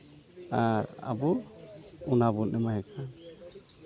ᱟᱨ ᱟᱵᱚ ᱚᱱᱟ ᱵᱚᱱ ᱮᱢᱟᱭ ᱠᱟᱱ